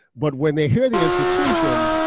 but when they hear the institution,